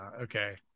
Okay